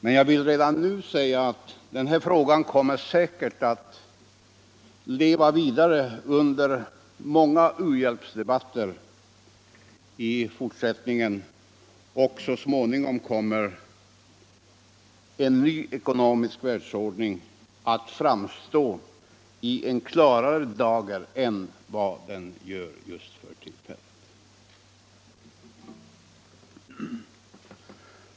Men jag vill redan nu säga att den här frågan säkert kommer att leva vidare under många u-hjälpsdebatter i fortsättningen, och så småningom kommer en ny ekonomisk världsordning att framstå i klarare dager än vad den gör just för tillfället.